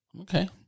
Okay